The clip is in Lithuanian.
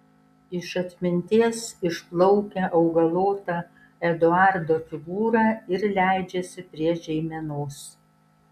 iš atminties išplaukia augalota eduardo figūra ir leidžiasi prie žeimenos